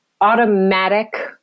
automatic